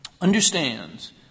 understands